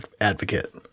advocate